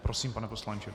Prosím, pane poslanče.